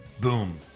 boom